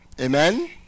Amen